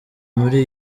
muri